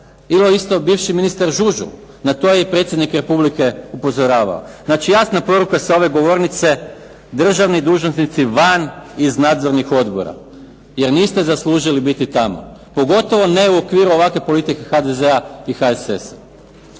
Ili isto bivši ministar Žužul, na to je i Predsjednik Republike upozoravao. Znači jasna poruka sa ove govornice državni dužnosnici van iz nadzornih odbora, jer niste zaslužili biti tamo pogotovo ne u okviru ovakve politike HDZ-a i HSS-a.